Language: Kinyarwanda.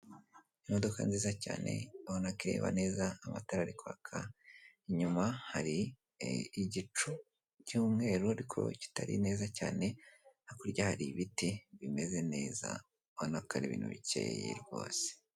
Imodoka nziza cyane ubona ko ireba neza amatara ari kwaka inyuma hari igicu cy'umweru ariko kitari neza cyane hakurya hari ibiti bimeza neza ubona ko ari ibintu bikeye rwose.